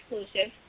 exclusive